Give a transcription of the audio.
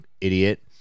idiot